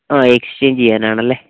ആ എക്സ്ചേഞ്ച് ചെയ്യാനാണല്ലേ